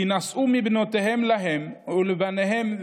כי נשאו מבנותיהם להם ולבניהם,